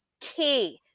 key